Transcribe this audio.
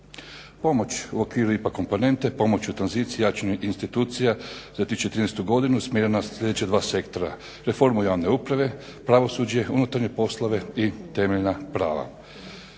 Pomoć u okviru IPA komponente, pomoć u tranziciji i jačanju institucija za 2013. godinu usmjerena je na sljedeće sektore: reformu javne uprave, pravosuđe, unutarnje poslove i temeljna prava.